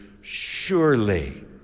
surely